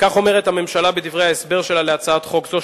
וכך אומרת הממשלה בדברי ההסבר שלה להצעת חוק זו,